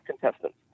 contestants